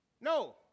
No